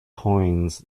coins